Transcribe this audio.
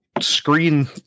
screen